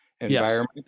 environment